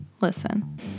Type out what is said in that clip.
Listen